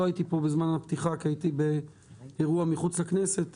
לא הייתי פה בזמן הפתיחה כי הייתי באירוע מחוץ לכנסת,